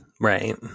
right